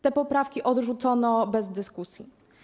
Te poprawki odrzucono bez dyskusji.